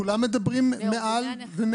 כולם מדברים מעל.